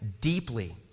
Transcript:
deeply